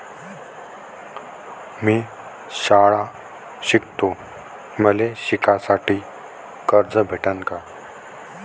मी शाळा शिकतो, मले शिकासाठी कर्ज भेटन का?